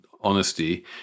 honesty